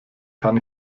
kann